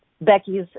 Becky's